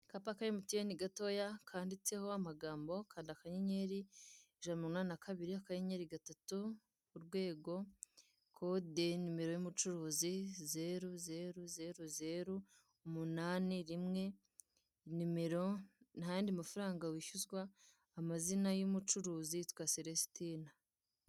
Akapa ka emutiyeni gatoya kanditseho amagambo, kanda akanyenyeri ijana na mirongo inani na kabili, akanyenyeri gatatu, urwego kode nimero y'umucuruzi, zeru, zeru, zeru, zeru, umunani, rimwe nimero, nta yandi mafaranga wishyuza, amazina y'umucuruzi yitwa selesitina.